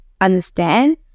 understand